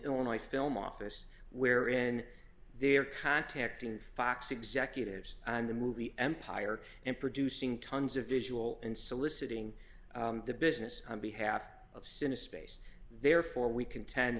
illinois film office where in there contacted fox executives and the movie empire and producing tons of visual and soliciting the business on behalf of sin a space therefore we conten